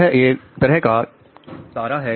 यह एक तरह का तारा है